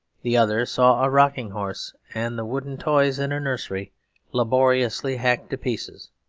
the other saw a rocking-horse and the wooden toys in a nursery laboriously hacked to pieces.